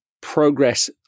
progress